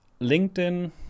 LinkedIn